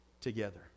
together